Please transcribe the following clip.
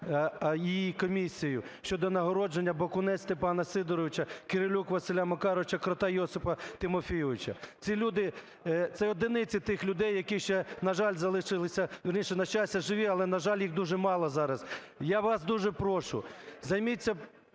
її комісією щодо нагородження Бакунця Степана Сидоровича, Кирилюка Василя Макаровича, Крота Йосипа Тимофійовича. Ці люди… це одиниці тих людей, які ще, на жаль, залишилися, вірніше, на щастя, живі, але, на жаль, їх дуже мало зараз. Я вас дуже прошу, займіться,